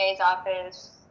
office